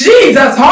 Jesus